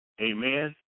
amen